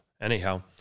anyhow